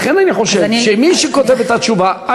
לכן אני חושב שמי שכותב את התשובה,